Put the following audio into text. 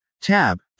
Tab